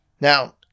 Now